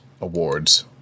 awards